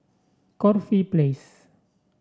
Corfe Place